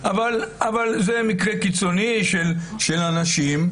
אבל זה מקרה קיצוני של אנשים,